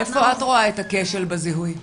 איפה את רואה את הכשל בזיהוי?